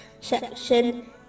section